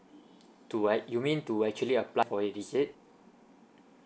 to what you mean to actually apply for it is it